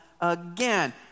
again